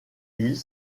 hill